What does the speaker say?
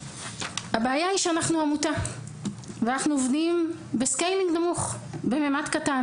הבעיה היא שאנחנו עמותה ואנחנו עובדים בממד קטן,